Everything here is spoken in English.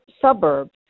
suburbs